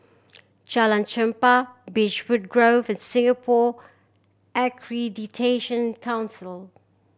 Jalan Chempah Beechwood Grove and Singapore Accreditation Council